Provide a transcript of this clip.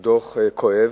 הוא דוח כואב,